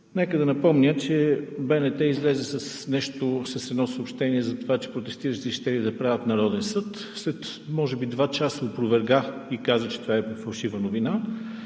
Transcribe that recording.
Нека да напомня, че БНТ излезе със съобщение за това, че протестиращи са щели да правят Народен съд, а може би след два часа го опроверга и каза, че това е фалшива новина.